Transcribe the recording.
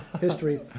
history